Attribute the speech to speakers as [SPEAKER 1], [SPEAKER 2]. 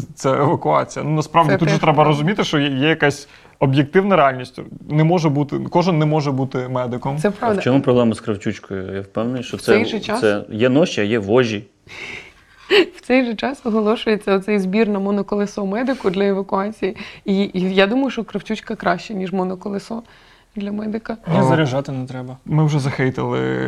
[SPEAKER 1] ця евакуація. Ну, насправді,
[SPEAKER 2] Це
[SPEAKER 1] тут же
[SPEAKER 2] теж
[SPEAKER 1] треба
[SPEAKER 2] правда.
[SPEAKER 1] розуміти, що є- є якась об'єктивна реальність. Не може бути- кожен не може бути медиком.
[SPEAKER 2] Це
[SPEAKER 3] А в
[SPEAKER 2] правда.
[SPEAKER 3] чому проблема з кравчучкою? Я впевнений, що
[SPEAKER 2] В
[SPEAKER 3] це-
[SPEAKER 2] цей же
[SPEAKER 3] це
[SPEAKER 2] час-
[SPEAKER 3] є ноші, а є вожі.
[SPEAKER 2] В цей же час оголошується оцей збір на моноколесо медику для евакуації. І- і я думаю, що кравчучка краще, ніж моноколесо для медика.
[SPEAKER 4] Я-
[SPEAKER 1] А,
[SPEAKER 4] заряджати не треба.
[SPEAKER 1] ми вже захейтили